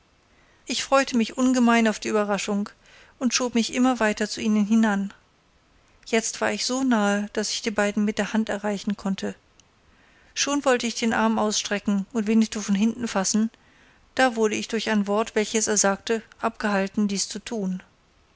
ich freute mich ungemein auf die ueberraschung und schob mich immer weiter zu ihnen hinan jetzt war ich so nahe daß ich beide mit der hand erreichen konnte schon wollte ich den arm ausstrecken und winnetou von hinten fassen da wurde ich durch ein wort welches er sagte abgehalten dies zu tun